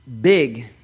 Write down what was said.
big